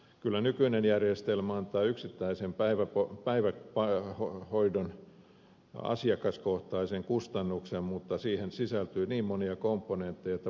kyllä nykyinen järjestelmä antaa yksittäisen päivähoidon asiakaskohtaisen kustannuksen mutta siihen sisältyy niin monia komponentteja että parannus on vaikeata